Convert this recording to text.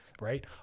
right